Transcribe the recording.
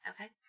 Okay